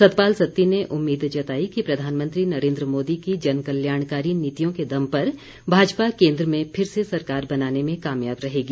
सतपाल सत्ती ने उम्मीद जताई कि प्रधानमंत्री नरेन्द्र मोदी की जनकल्याणकारी नीतियों के दम पर भाजपा केन्द्र में फिर सरकार बनाने में कामयाब रहेगी